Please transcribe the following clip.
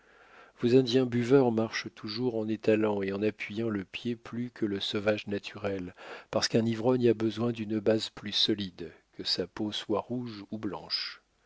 vos indiens buveurs marchent toujours en étalant et en appuyant le pied plus que le sauvage naturel parce qu'un ivrogne a besoin d'une base plus solide que sa peau soit rouge ou blanche